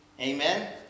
Amen